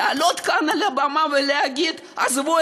ראיתי את